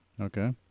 Okay